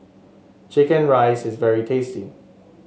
chicken rice is very tasty